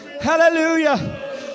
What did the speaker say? Hallelujah